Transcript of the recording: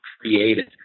created